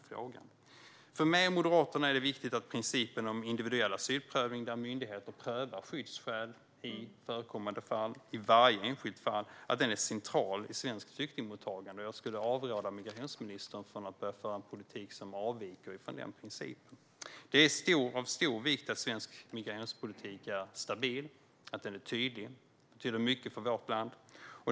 För mig och Moderaterna är det viktigt att principen om individuell asylprövning där myndigheter prövar skyddsskäl i varje enskilt förekommande fall är central i svenskt flyktingmottagande. Jag avråder migrationsministern från att börja föra en politik som avviker från denna princip. Det är av stor vikt att svensk migrationspolitik är stabil och tydlig. Det betyder mycket för vårt land.